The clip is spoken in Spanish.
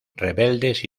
rebeldes